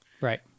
Right